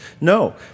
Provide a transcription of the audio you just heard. no